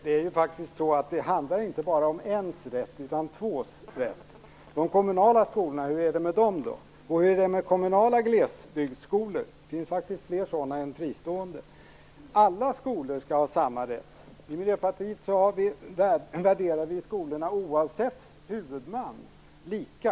Herr talman! Det handlar inte bara om ens rätt, utan om tvås rätt. Hur är det med de kommunala skolorna? Hur är det med kommunala glesbygdsskolor? Det finns fler sådana än fristående. Alla skolor skall ha samma rätt. Vi i Miljöpartiet värderar skolorna oavsett huvudman lika.